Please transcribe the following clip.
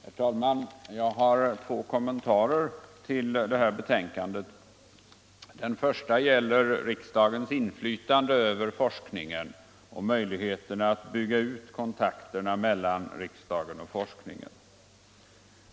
Herr talman! Jag har två kommentarer till detta betänkande. Den första gäller riksdagens inflytande över forskningen och möjligheterna att bygga ut kontakterna mellan riksdagen och forskningen.